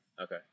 Okay